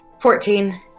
Fourteen